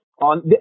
on